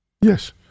Yes